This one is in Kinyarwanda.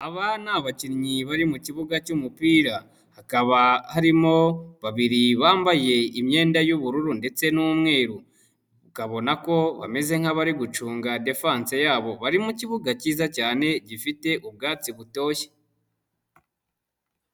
Aba ni abakinnyi bari mu kibuga cy'umupira hakaba harimo babiri bambaye imyenda y'ubururu ndetse n'umweru. Ukabona ko bameze nk'abari gucunga defense yabo. Bari mu kibuga cyiza cyane gifite ubwatsi butoshye.